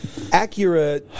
Acura